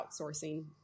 outsourcing